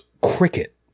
cricket